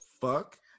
fuck